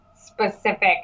specific